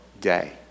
day